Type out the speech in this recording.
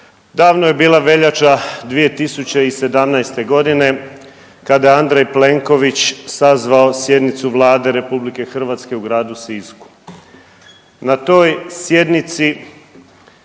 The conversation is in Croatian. davno je bila veljača 2017. godine kada je Andrej Plenković sazvao sjednicu Vlade Republike Hrvatske u gradu Sisku. Na toj sjednici